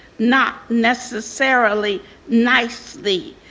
not necessarily nicely.